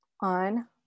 on